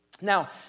Now